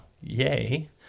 yay